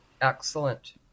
Excellent